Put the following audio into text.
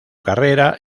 carrera